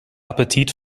appetit